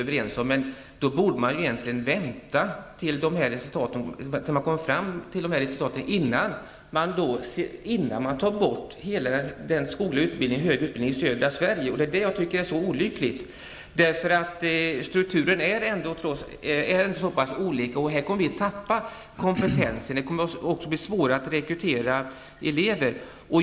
Innan den högre skogliga utbildningen tas bort i södra Sverige, borde man vänta på resultaten av utredningarna. Jag tycker att det här är olyckligt. Strukturen är så pass olika. Kompetensen kommer att tappas, och det kommer att bli svårare att rekrytera elever.